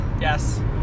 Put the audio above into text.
yes